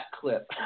clip